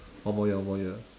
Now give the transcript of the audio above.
one more year one more year